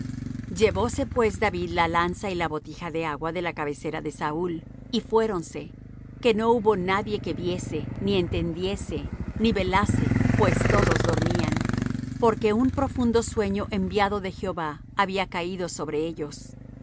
vámonos llevóse pues david la lanza y la botija de agua de la cabecera de saúl y fuéronse que no hubo nadie que viese ni entendiese ni velase pues todos dormían porque un profundo sueño enviado de jehová había caído sobre ellos